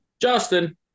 Justin